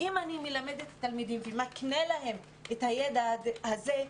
אם אני מלמדת תלמידים ומקנה להם את הידע הזה,